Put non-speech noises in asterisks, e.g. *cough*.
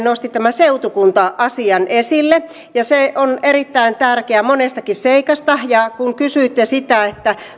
*unintelligible* nosti tämän seutukunta asian esille ja se on erittäin tärkeä monestakin syystä ja kun kysyitte